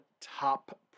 top